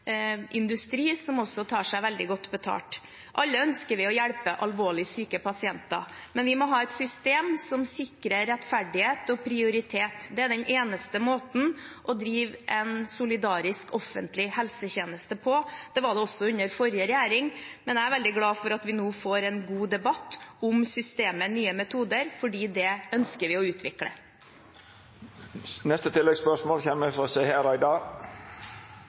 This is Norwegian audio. industri som tar seg veldig godt betalt. Alle ønsker vi å hjelpe alvorlig syke pasienter, men vi må ha et system som sikrer rettferdighet og prioritet. Det er den eneste måten å drive en solidarisk offentlig helsetjeneste på. Slik var det også under den forrige regjeringen, men jeg er veldig glad for at vi nå får en god debatt om systemet Nye metoder, for det ønsker vi å utvikle.